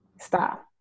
Stop